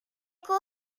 eco